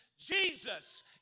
Jesus